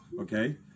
Okay